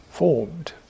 formed